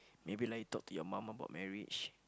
maybe like to your mum about marriage